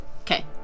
Okay